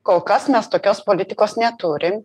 kol kas mes tokios politikos neturim